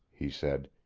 he said.